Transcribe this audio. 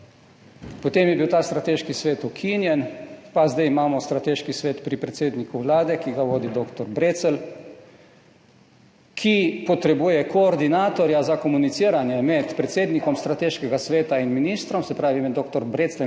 Potem je bil ta strateški svet ukinjen pa imamo zdaj strateški svet pri predsedniku Vlade, ki ga vodi dr. Brecelj, ki potrebuje koordinatorja za komuniciranje med predsednikom strateškega sveta in ministrom, se pravi med dr. Brecljem kot predsednikom